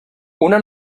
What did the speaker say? una